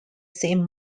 same